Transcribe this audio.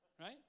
Right